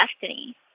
destiny